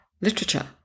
literature